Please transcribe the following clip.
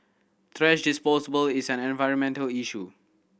thrash is an environmental issue